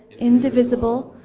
indivisible,